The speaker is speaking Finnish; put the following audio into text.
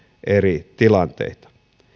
eri tilanteita